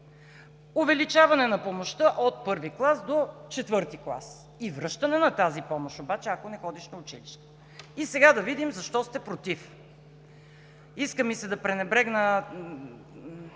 увеличаване на помощта от I до IV клас и връщане на тази помощ обаче, ако не ходиш на училище. Сега да видим защо сте против? Иска ми се да пренебрегна